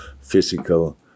physical